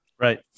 Right